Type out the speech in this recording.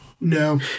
No